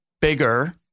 bigger